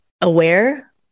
aware